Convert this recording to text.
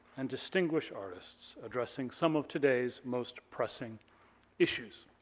and distinguished artists, addressing some of today's most pressing issues.